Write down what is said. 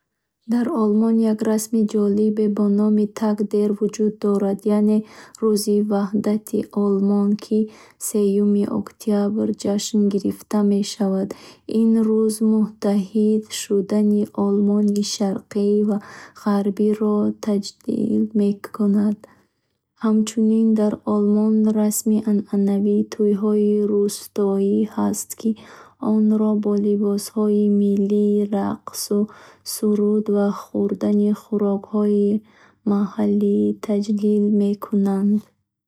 Дар Олмон як расми ҷолиб бо номи Таг дер вуҷуд дорад. Яъне Рӯзи ваҳдати Олмон, ки сеюми октябр ҷашн гирифта мешавад. Ин рӯз муттаҳид шудани Олмони Шарқӣ ва Ғарбиро таҷлил мекунад. Xамчунин, дар Олмон расми анъанавии тӯйҳои рустоӣ ҳаст, ки онро бо либосҳои миллӣ, рақсу суруд ва хӯрдани хӯрокҳои маҳаллӣ таҷлил мекунанд.